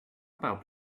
about